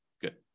Good